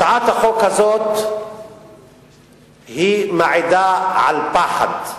הצעת החוק הזאת מעידה על פחד.